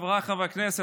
חבריי חברי הכנסת,